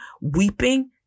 weeping